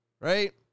right